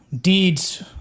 deeds